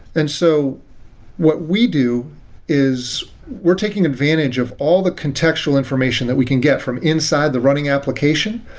and so what we do is we're taking advantage of all the contextual information that we can get from inside the running application,